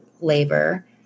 labor